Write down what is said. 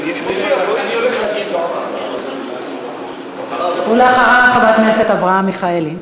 אני הולך להגיד לו אחריו, חבר הכנסת אברהם מיכאלי.